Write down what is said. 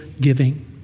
giving